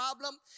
problem